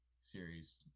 series